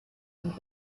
und